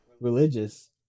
religious